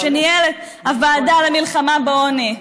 שניהל את הוועדה למלחמה בעוני,